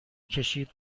کشید